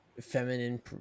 feminine